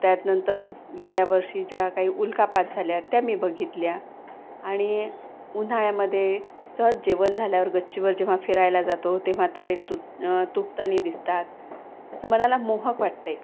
त्यातनंतर गेल्या वर्षीच्या काही उल्कापात झाल्या त्या मी बघितल्या आणि उन्हाळ्यामध्ये सहज जेवण झाल्यावर गच्चीवर जेव्हा फिरायला जातो तेव्हा तारे तुट तुटताना दिसतात असं मनाला मोहक वाटते